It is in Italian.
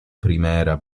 primera